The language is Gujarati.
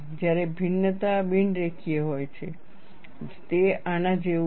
જ્યારે ભિન્નતા બિન રેખીય હોય છે તે આના જેવું છે